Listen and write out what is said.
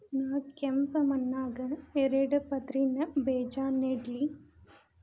ನಾ ಕೆಂಪ್ ಮಣ್ಣಾಗ ಎರಡು ಪದರಿನ ಬೇಜಾ ನೆಡ್ಲಿ?